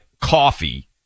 coffee